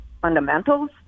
fundamentals